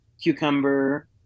cucumber